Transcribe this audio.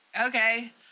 Okay